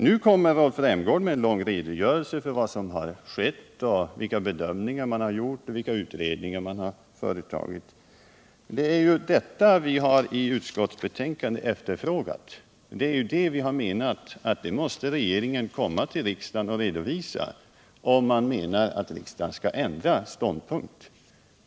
Nu lämnar Rolf Rämgård en lång redogörelse för vad som har skett, vilka bedömningar man har gjort och vilka utredningar man har företagit. Det är sådant som vi i betänkandet har efterfrågat, det är detta vi har menat att regeringen måste redovisa för riksdagen om den vill att riksdagen skall ändra ståndpunkt.